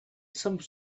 some